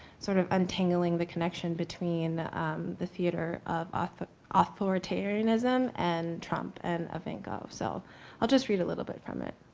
sort of, untangling the connection between um the theater of ah authoritarianism and trump and evancho. so i'll just read a little bit from it.